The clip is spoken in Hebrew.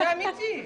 זה אמיתי.